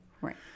Right